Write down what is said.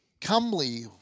comely